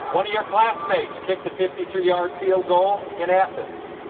one of your classmates kicked a fifty three yard field goal in athens.